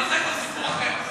אבל זה כבר סיפור אחר.